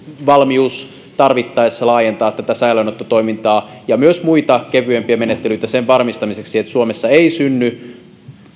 valmius tarvittaessa laajentaa tätä säilöönottotoimintaa ja myös muita kevyempiä menettelyitä sen varmistamiseksi että suomessa ei synny